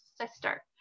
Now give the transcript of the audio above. sister